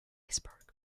iceberg